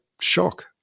shock